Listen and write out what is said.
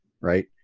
right